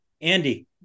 Andy